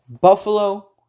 Buffalo